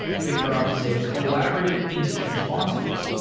victorops is a collaborative incident response tool.